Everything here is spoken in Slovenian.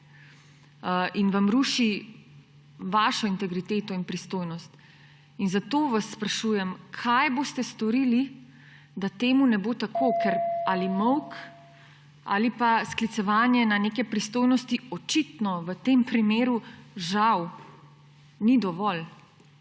in vam ruši vašo integriteto in pristojnost. Zato vas sprašujem, kaj boste storili, da temu ne bo tako, ker ali molk ali pa sklicevanje na neke pristojnosti očitno v tem primeru žal ni dovolj.